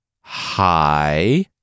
Hi